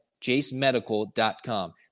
jacemedical.com